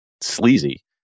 sleazy